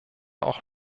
auch